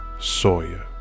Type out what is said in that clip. Sawyer